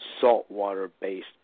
saltwater-based